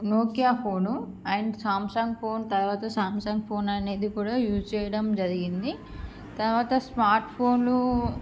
Nokia phone and Samsung phone తర్వాత Samsung phone అనేది కూడా యూజ్ చేయడం జరిగింది తరువాత స్మార్ట్ ఫోనూ